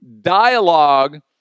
Dialogue